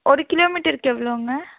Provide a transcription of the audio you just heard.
ஒரு கிலோ மீட்டருக்கு எவ்வளோங்க